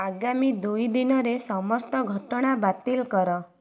ଆଗାମୀ ଦୁଇ ଦିନରେ ସମସ୍ତ ଘଟଣା ବାତିଲ କର